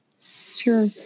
Sure